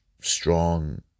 strong